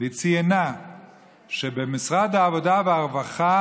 והיא ציינה שבמשרד העבודה והרווחה